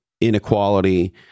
inequality